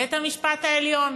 בית-המשפט העליון.